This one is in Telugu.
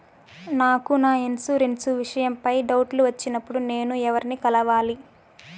నాకు నా ఇన్సూరెన్సు విషయం పై డౌట్లు వచ్చినప్పుడు నేను ఎవర్ని కలవాలి?